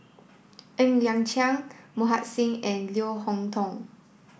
Ng Liang Chiang Mohan Singh and Leo Hee Tong